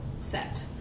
set